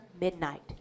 midnight